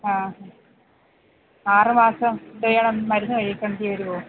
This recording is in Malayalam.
ആ ആറ് മാസം ചെയ്യണം മരുന്നു കഴിക്കേണ്ടിവരുമോ